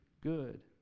good